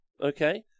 okay